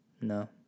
No